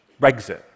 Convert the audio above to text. Brexit